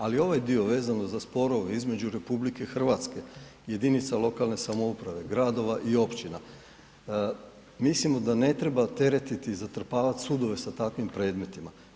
Ali, ovaj dio vezan za sporove između RH i jedinica lokalne samouprave, gradova i općina, mislimo da ne treba teretiti i zatrpavati sudove sa takvim predmetima.